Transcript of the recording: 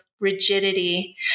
rigidity